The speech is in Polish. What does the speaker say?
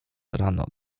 rano